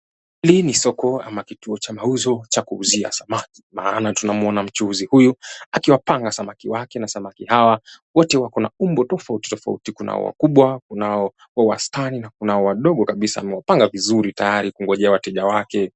Hili ni soko ama kituo cha mauzo, cha kuuzia samaki. Maana tunamuona mchuuzi huyu, akiwapanga samaki wake na samaki hawa wote wakona umbo tofauti tofauti. Kunao wakubwa, kunao wastani, na kunao wadogo kabisa amewapanga vizuri tayari kungojea wateja wake.